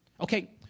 Okay